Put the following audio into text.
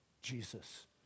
Jesus